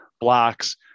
blocks